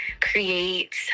create